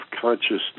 consciousness